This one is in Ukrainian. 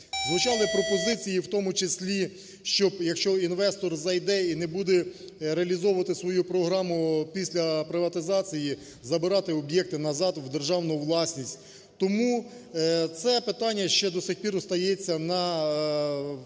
Звучали пропозиції в тому числі, щоб, якщо інвестор зайде і не буде реалізовувати свою програму після приватизації, забирати об'єкти назад в державну власність. Тому це питання ще до сих пір ще остається в дискусії